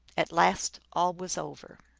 at last all was over.